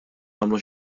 nagħmlu